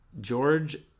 George